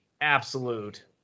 absolute